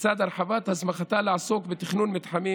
לצד הרחבת הסמכתה לעסוק בתכנון מתחמים